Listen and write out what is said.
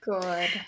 Good